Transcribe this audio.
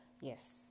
Yes